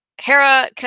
Hera